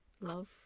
love